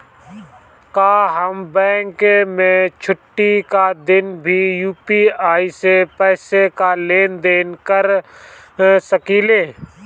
का हम बैंक के छुट्टी का दिन भी यू.पी.आई से पैसे का लेनदेन कर सकीले?